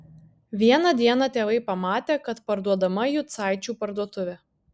vieną dieną tėvai pamatė kad parduodama jucaičių parduotuvė